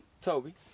Toby